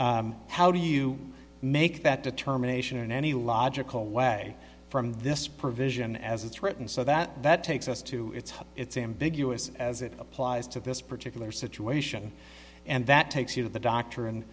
how do you make that determination in any logical way from this provision as it's written so that that takes us too it's ambiguous as it applies to this particular situation and that takes you to the doctor and